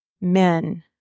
men